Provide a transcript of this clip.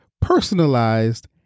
personalized